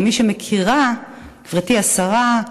כמי שמכירה, גברתי השרה,